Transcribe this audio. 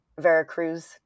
Veracruz